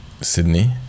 Sydney